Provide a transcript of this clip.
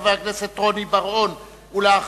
חבר הכנסת רוני בר-און, בבקשה.